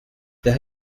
there